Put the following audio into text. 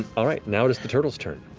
all right, now it is the turtle's turn.